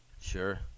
Sure